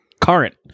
current